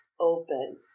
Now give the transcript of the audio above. open